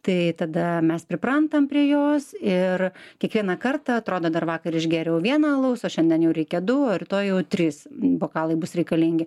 tai tada mes priprantam prie jos ir kiekvieną kartą atrodo dar vakar išgėriau vieną alaus o šiandien jau reikia du rytoj jau trys bokalai bus reikalingi